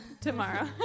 Tomorrow